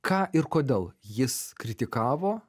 ką ir kodėl jis kritikavo